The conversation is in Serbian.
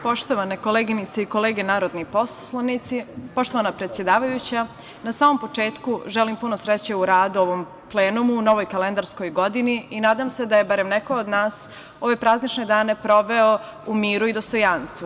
Poštovane koleginice i kolege narodni poslanici, poštovana predsedavajuća, na samom početku želim puno sreće u radu ovom plenumu u novoj kalendarskoj godini i nadam se da je barem neko od nas ove praznične dane proveo u miru i dostojanstvu.